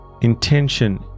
intention